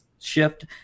shift